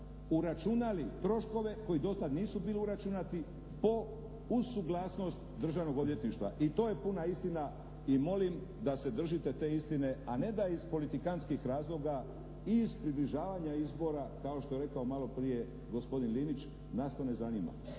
uračunali troškove koji do tada nisu bili uračunati uz suglasnost Državnog odvjetništva. I to je puna istina i molim da se držite te istine a ne da iz politikantskih razloga i iz približavanja izbora kao što je rekao maloprije gospodin Linić nas to ne zanima.